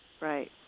Right